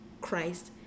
Christ